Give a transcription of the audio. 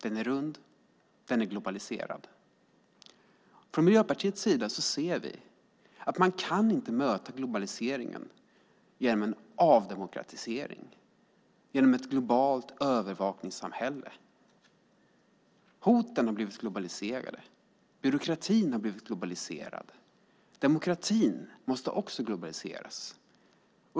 Den är rund. Den är globaliserad. Från Miljöpartiets sida ser vi att man inte kan möta globaliseringen genom en avdemokratisering eller genom ett globalt övervakningssamhälle. Hoten har blivit globaliserade. Byråkratin har blivit globaliserad. Demokratin måste också globaliseras.